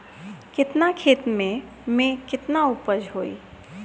केतना खेत में में केतना उपज होई?